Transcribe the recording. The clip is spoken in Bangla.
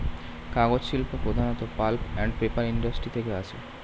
কাগজ শিল্প প্রধানত পাল্প অ্যান্ড পেপার ইন্ডাস্ট্রি থেকে আসে